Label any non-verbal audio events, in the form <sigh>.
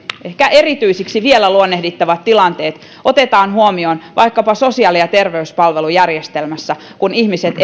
ehkä erityisiksi vielä luonnehdittavat tilanteet otetaan huomioon vaikkapa sosiaali ja terveyspalvelujärjestelmässä kun ihmiset <unintelligible>